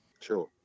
Sure